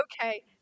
okay